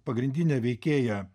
pagrindinė veikėja